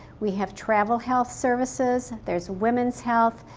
we have travel health services. there's women's health,